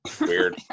weird